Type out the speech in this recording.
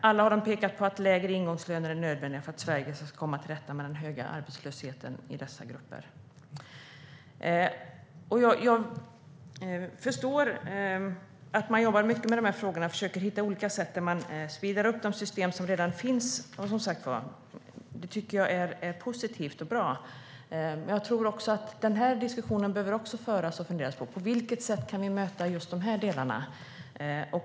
Alla har de pekat på att lägre ingångslöner är nödvändiga för att Sverige ska komma till rätta med den höga arbetslösheten i dessa grupper. Jag förstår att man jobbar mycket med de här frågorna och försöker hitta olika sätt. Man speedar upp de system som redan finns. Det tycker jag som sagt är positivt och bra. Den här diskussionen behöver föras, och man ska fundera på: På vilket sätt kan vi möta de delarna?